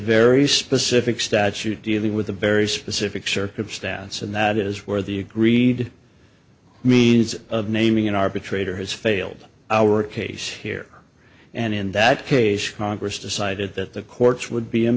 very specific statute dealing with a very specific circumstance and that is where the agreed means of naming an arbitrator has failed our case here and in that case congress decided that the courts would be